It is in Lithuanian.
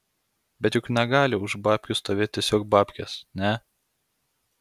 bet juk negali už babkių stovėti tiesiog babkės ne